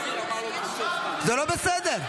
זה לא בסדר.